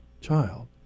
child